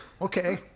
Okay